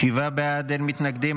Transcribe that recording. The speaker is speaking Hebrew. שבעה בעד, אין מתנגדים.